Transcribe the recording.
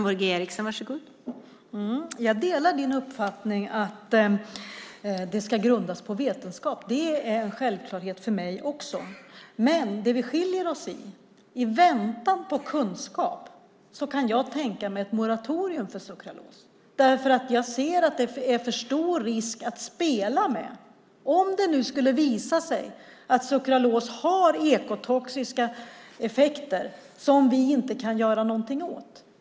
Fru talman! Det är också en självklarhet för mig att det ska grundas på vetenskap. Men där vi skiljer oss åt är att jag i väntan på kunskap kan tänka mig ett moratorium för sukralos. Jag anser att det är för stor risk att spela med om det nu skulle visa sig att sukralos har ekotoxiska effekter som vi inte kan göra någonting åt.